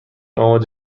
آماده